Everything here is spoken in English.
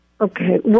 Okay